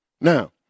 Now